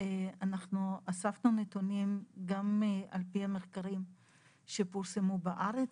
אנחנו אספנו נתונים גם על פי המחקרים שפורסמו בארץ,